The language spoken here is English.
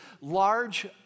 large